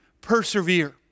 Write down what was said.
persevere